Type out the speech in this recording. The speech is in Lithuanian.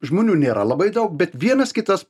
žmonių nėra labai daug bet vienas kitas